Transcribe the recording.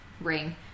Ring